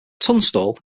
tunstall